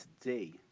today